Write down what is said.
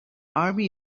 army